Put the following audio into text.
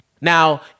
now